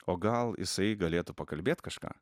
o gal jisai galėtų pakalbėt kažką